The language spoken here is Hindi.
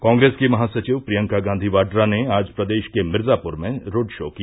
कॉग्रेस की महासचिव प्रियंका गांधी वाड्रा ने आज प्रदेश के मिर्जापूर में रोड शो किया